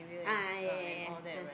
ah yeah yeah yeah yeah ah